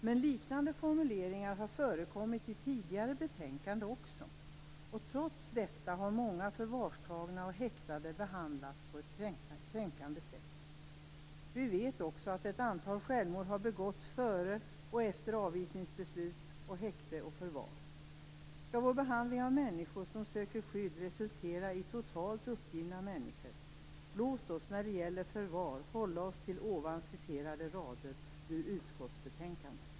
Men liknande formuleringar har också förekommit i tidigare betänkanden. Trots detta har många förvarstagna och häktade behandlats på ett kränkande sätt. Vi vet också att ett antal självmord har begåtts före och efter avvisningsbeslut, häkte och förvar. Skall vår behandling av människor som söker skydd resultera i totalt uppgivna människor? Låt oss, när det gäller förvar, hålla oss till ovan citerade rader ur utskottsbetänkandet!